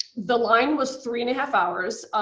the line was three and half hours.